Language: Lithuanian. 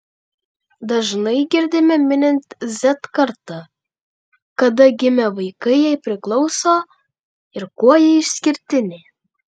dažnai girdime minint z kartą kada gimę vaikai jai priklauso ir kuo ji išskirtinė